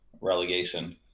relegation